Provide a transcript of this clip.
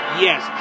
yes